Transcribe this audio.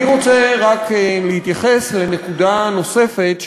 אני רוצה רק להתייחס לנקודה נוספת,